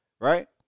right